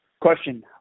question